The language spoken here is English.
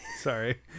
sorry